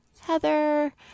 Heather